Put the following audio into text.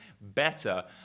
better